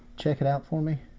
check it out for me?